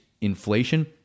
inflation